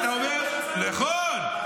נכון,